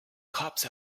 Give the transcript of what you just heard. cops